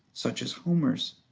such as homer's.